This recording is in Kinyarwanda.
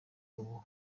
n’ubu